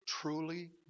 truly